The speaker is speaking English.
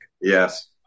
Yes